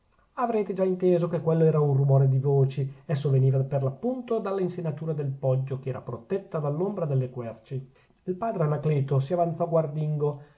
avrete già inteso che quello era un rumore di voci esso veniva per l'appunto dalla insenatura del poggio che era protetta dall'ombra delle querci il padre anacleto si avanzò guardingo